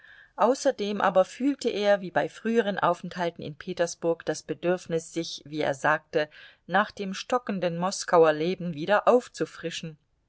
außerdem aber fühlte er wie bei früheren aufenthalten in petersburg das bedürfnis sich wie er sagte nach dem stockenden moskauer leben wieder aufzufrischen